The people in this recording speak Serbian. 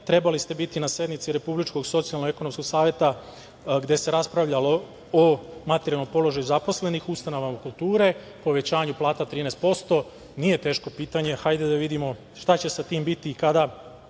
trebali ste biti na sednici Republičkog socijalnog ekonomskog saveta, gde se raspravljalo o materijalnom položaju zaposlenih u ustanovama kulture, povećanju plata 13%, nije teško pitanje, hajde da vidimo šta će sa tim biti i kada